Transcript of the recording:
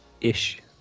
ish